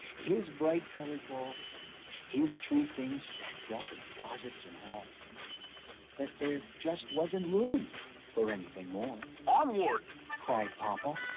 his bright colored balls his tree things stacked up in closets and halls that there just wasn't room for anything more. onward! narrator ah cried, papa.